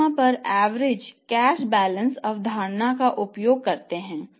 हम यहां पर एवरेज कैश बैलेंस देते हैं